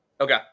Okay